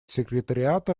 секретариата